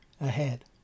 Ahead